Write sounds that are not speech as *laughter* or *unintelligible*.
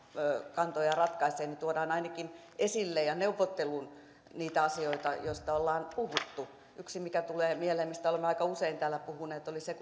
kantojaan ratkaisee tuodaan ainakin esille ja neuvotteluun niitä asioita joista ollaan puhuttu yksi mikä tulee mieleen ja mistä olemme aika usein täällä puhuneet oli se *unintelligible*